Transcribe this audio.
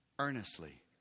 earnestly